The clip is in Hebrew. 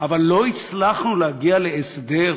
אבל לא הצלחנו להגיע להסדר,